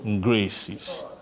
graces